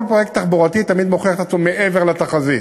כל פרויקט תחבורתי תמיד מוכיח עצמו מעבר לתחזית.